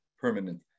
permanent